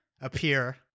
appear